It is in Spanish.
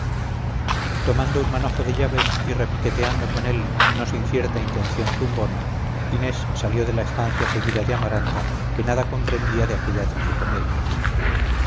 tomando un manojo de llaves y repiqueteando con él no sin cierta intención zumbona inés salió de la estancia seguida de amaranta que nada comprendía de aquella tragicomedia